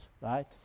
right